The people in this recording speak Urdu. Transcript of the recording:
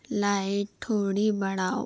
لائٹ تھوڑی بڑھاؤ